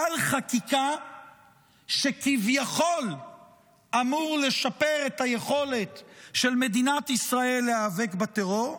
גל חקיקה שכביכול אמור לשפר את היכולת של מדינת ישראל להיאבק בטרור,